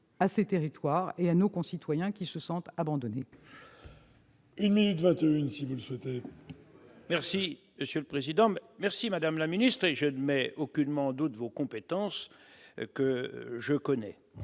à ces territoires et à nos concitoyens qui se sentent abandonnés.